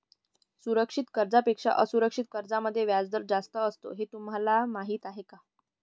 सुरक्षित कर्जांपेक्षा असुरक्षित कर्जांमध्ये व्याजदर जास्त असतो हे तुम्हाला माहीत आहे का?